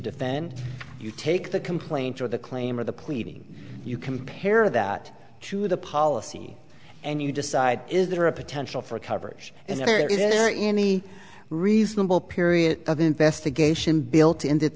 defend you take the complaint or the claim or the pleading you compare that to the policy and you decide is there a potential for coverage if there is any reasonable period of investigation built in